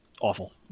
awful